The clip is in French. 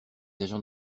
agents